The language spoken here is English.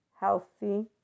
healthy